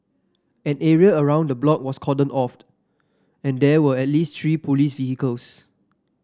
an area around the block was cordoned off and there were at least three police vehicles